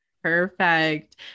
Perfect